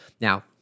Now